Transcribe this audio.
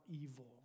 evil